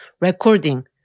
recording